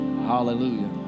Hallelujah